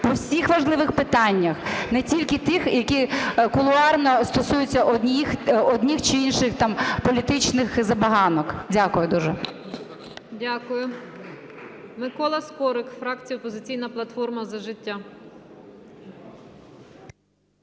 по всіх важливих питаннях, не тільки тих, які кулуарно стосуються одних чи інших політичних забаганок. Дякую дуже. ГОЛОВУЮЧА. Дякую. Микола Скорик, фракція "Опозиційна платформа – За життя".